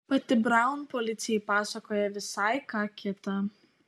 pati braun policijai pasakoja visai ką kitą